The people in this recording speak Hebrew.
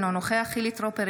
אינו נוכח חילי טרופר,